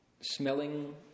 smelling